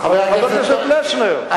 חבר הכנסת פלסנר,